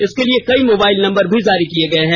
इसके लिए कई मोबाइल नंबर भी जारी किये गये हैं